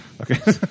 Okay